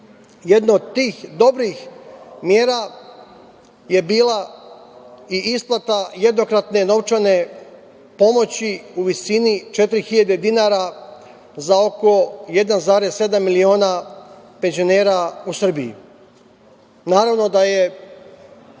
Jedna od tih dobrih mera je bila i isplata jednokratne novčane pomoći u visini od 4.000 dinara za oko 1,7 miliona penzionera u Srbiji.